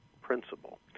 principle